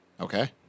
Okay